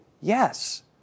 Yes